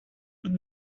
good